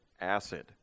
acid